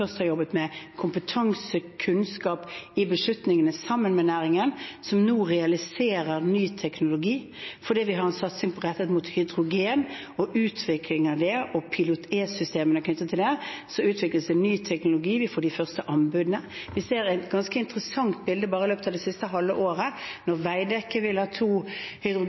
har jobbet med kompetanse, kunnskap, i beslutningene sammen med næringen, som nå fører til realisering av ny teknologi fordi vi har en satsing rettet mot hydrogen og utvikling av det, og ved PILOT-E-ordningen knyttet til det, utvikles det ny teknologi. Vi får de første anbudene. Vi ser et ganske interessant bilde bare i løpet av det siste halve året, når Veidekke vil ha to